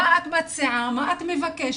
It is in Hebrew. מה את מציעה, מה את מבקשת